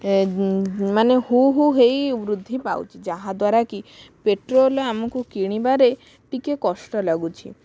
ମାନେ ହୁ ହୁ ହେଇ ବୃଦ୍ଧି ପାଉଛି ଯାହା ଦ୍ବାରା କି ପେଟ୍ରୋଲ ଆମକୁ କିଣିବା ରେ ଟିକେ କଷ୍ଟ ଲାଗୁଛି